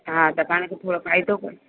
हा त पाण खे थोरो फ़ाइदो बि